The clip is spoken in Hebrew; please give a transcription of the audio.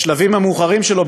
בשלבים המאוחרים שלו,